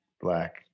black